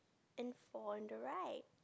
and four on the right